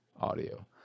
audio